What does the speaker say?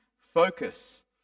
focus